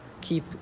keep